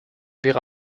wäre